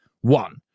One